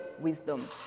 wisdom